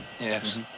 Yes